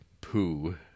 poo